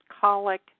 colic